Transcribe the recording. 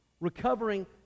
recovering